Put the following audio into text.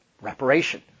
reparation